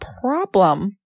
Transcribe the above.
problem